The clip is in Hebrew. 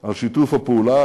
על שיתוף הפעולה.